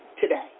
today